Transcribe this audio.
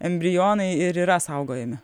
embrionai ir yra saugojami